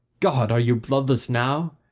god! are you bloodless now?